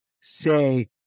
say